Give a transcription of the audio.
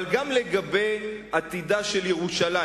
אבל גם לגבי עתידה של ירושלים,